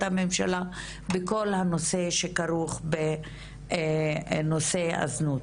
הממשלה בכל הנושא שכרוך בנושא הזנות.